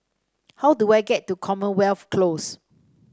how do I get to Commonwealth Close